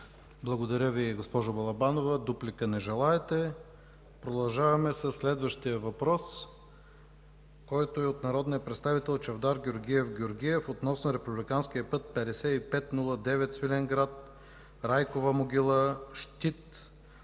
Благодаря Ви, госпожо Балабанова. Не желаете дуплика. Продължаваме със следващия въпрос, който е от народния представител Чавдар Георгиев Георгиев относно републиканския път 55-09 Свиленград – Райкова могила – Щит